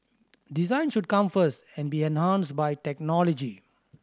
design should come first and be enhanced by technology